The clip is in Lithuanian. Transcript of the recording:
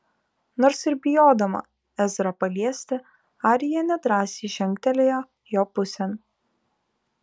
nors ir bijodama ezrą paliesti arija nedrąsiai žingtelėjo jo pusėn